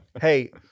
hey